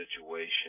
situation